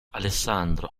alessandro